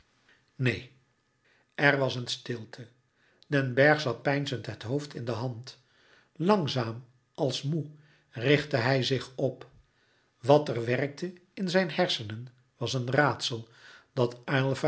neen er was een stilte den bergh zat peinzend het hoofd in de hand langzaam als moê richtte hij zich op wat er werkte in zijn hersenen was een raadsel dat